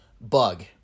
Bug